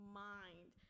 mind